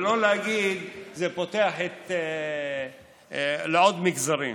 ולא להגיד שזה פותח לעוד מגזרים.